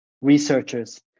researchers